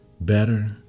better